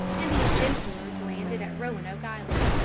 and the adventurers landed at roanoke island.